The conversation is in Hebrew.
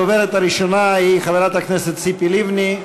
הדוברת הראשונה היא חברת הכנסת ציפי לבני.